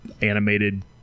animated